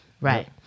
Right